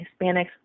Hispanics